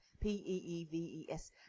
P-E-E-V-E-S